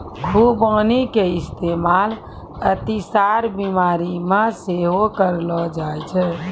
खुबानी के इस्तेमाल अतिसार बिमारी मे सेहो करलो जाय छै